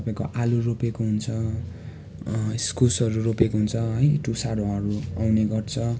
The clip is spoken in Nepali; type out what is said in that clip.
तपाईँको आलु रोपेको हुन्छ इस्कुसहरू रोपेको हुन्छ अनि टुसाहरू आउने गर्छ